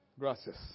Gracias